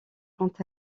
quant